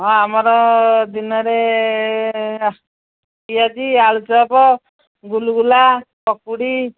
ହଁ ଆମର ଦିନରେ ପିଆଜି ଆଳୁଚପ୍ ଗୁଲୁଗୁଲା ପକୁଡ଼ି